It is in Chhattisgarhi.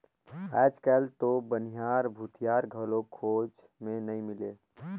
आयज कायल तो बनिहार, भूथियार घलो खोज मे नइ मिलें